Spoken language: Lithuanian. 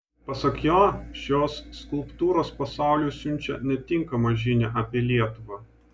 pasak jo šios skulptūros pasauliui siunčia netinkamą žinią apie lietuvą